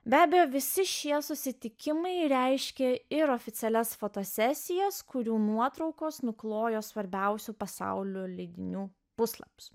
be abejo visi šie susitikimai reiškia ir oficialias fotosesijas kurių nuotraukos nuklojo svarbiausių pasaulio leidinių puslapius